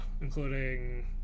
including